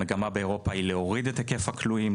המגמה באירופה היא להוריד את היקף הכלואים,